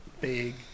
big